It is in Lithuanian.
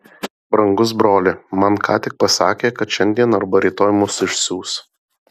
brangus broli man ką tik pasakė kad šiandien arba rytoj mus išsiųs